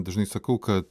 dažnai sakau kad